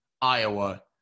Iowa